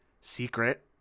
secret